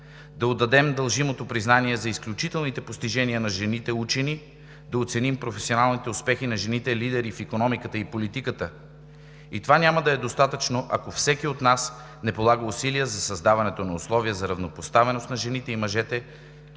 Да отдадем дължимото признание за изключителните постижения на жените учени, да оценим професионалните успехи на жените лидери в икономиката и политиката. И това няма да е достатъчно, ако всеки от нас не полага усилия за създаването на условия за равнопоставеност на жените и мъжете